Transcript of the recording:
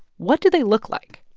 what do they look like?